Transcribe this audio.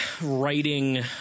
writing